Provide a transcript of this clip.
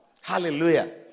Hallelujah